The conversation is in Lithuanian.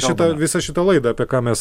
šitą visą šitą laidą apie ką mes